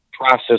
process